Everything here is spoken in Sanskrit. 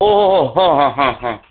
ओहो हो हो हाहा हा